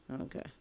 okay